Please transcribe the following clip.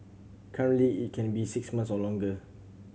currently it can be six months or longer